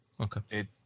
Okay